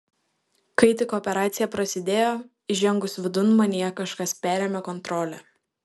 kai tik operacija prasidėjo įžengus vidun manyje kažkas perėmė kontrolę